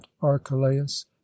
archelaus